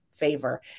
favor